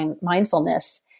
mindfulness